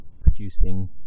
producing